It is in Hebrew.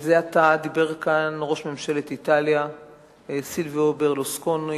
זה עתה דיבר כאן ראש ממשלת איטליה סילביו ברלוסקוני.